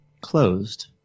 closed